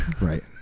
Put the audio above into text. Right